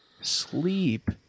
sleep